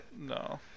No